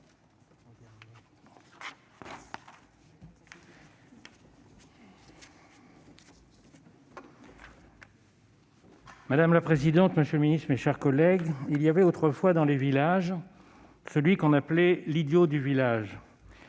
Madame la présidente, monsieur le secrétaire d'État, mes chers collègues, il y avait autrefois dans les villages celui qu'on appelait l'idiot du village.